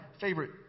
favorite